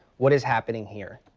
what is happening here.